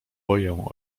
boję